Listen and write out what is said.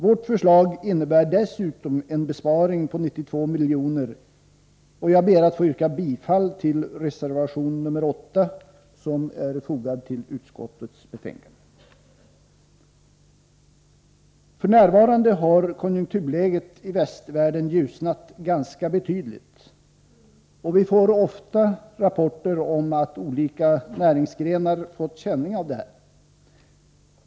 Vårt förslag innebär dessutom en besparing på 92 miljoner, och jag ber att få yrka bifall till reservation 8, som är fogad till utskottsbetänkandet. F.n. har konjunkturläget i västvärlden ljusnat ganska betydligt, och vi får ofta rapporter om att olika näringsgrenar fått känning av detta.